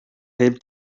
heb